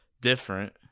different